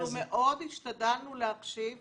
אנחנו מאוד השתדלנו להקשיב.